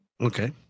Okay